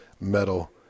metal